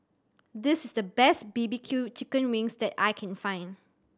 this is the best B B Q chicken wings that I can find